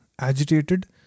agitated